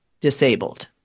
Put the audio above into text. disabled